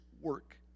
work